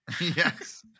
Yes